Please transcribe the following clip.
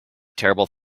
terrible